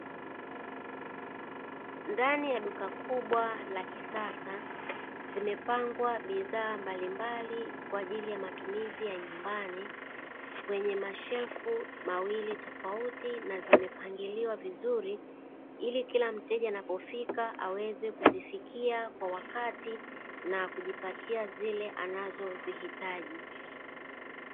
Ndani ya duka kubwa la kisasa, zimepangwa bihaaa mabilmbali kwa ajili ya matumizi ya nyumbani kwenye mashelfu mawili tofauti, na zimepangiliwa vizuri ili kila mteja anapofika aweze kuzifikia kwa wakati na kujipatia zile anazozihitaji.